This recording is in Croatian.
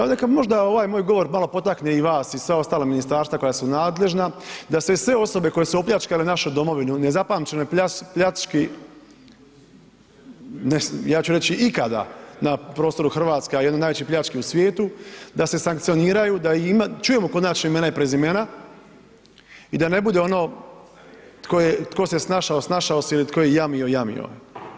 I onda kad bi možda, ovaj moj govor malo potakne i vas i sva ostala ministarstva koja su nadležna da se sve osobe koje su opljačkale našu Domovinu u nezapamćenoj pljački, ja ću reći ikada na prostoru Hrvatske a jednu od najvećih pljački u svijetu da se sankcioniraju, da čujemo konačna imena i prezimena i da ne bude ono tko se snašao, snašao se ili tko je jamio, jamio je.